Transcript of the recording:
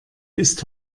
ist